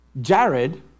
Jared